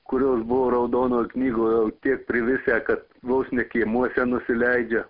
kurios buvo raudonoj knygoj jau tiek privisę kad vos ne kiemuose nusileidžia